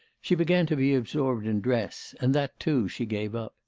she began to be absorbed in dress, and that, too, she gave up.